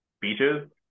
beaches